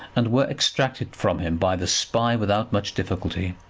and were extracted from him by the spy without much difficulty.